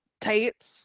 tights